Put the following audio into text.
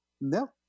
No